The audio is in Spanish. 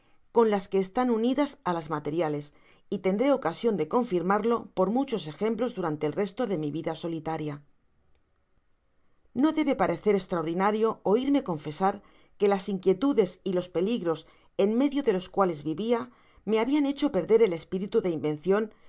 con las qne están unidas á'tas materiales y tendré ocasion de confirmarlo por mucho ejemrodhranteei'restti'de'mivida solitaria ne debe parecer estfaordinario oirme confesarle las inquietudes y fós peligros en medio deltts cuales vivia me habian hecho perder éí espiritu de invencion